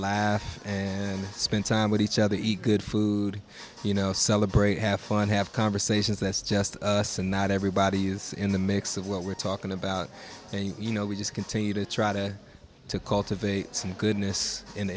and and spend time with each other he could food you know celebrate have fun have conversations that's just us and not everybody is in the mix of what we're talking about and you know we just continue to try to to cultivate some goodness in